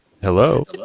Hello